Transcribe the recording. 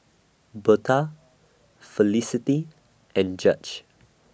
Birtha Felicity and Judge